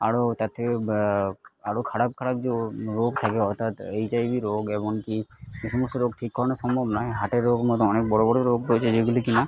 আরও তার থেকে আরও খারাপ খারাপ যে রোগ থাকে অর্থাৎ এইচআইভি রোগ এমন কি যে সমস্ত রোগ ঠিক করানো সম্ভব নয় হার্টের রোগ মতো অনেক বড়ো বড়ো রোগ রয়েছে যেগুলো কি না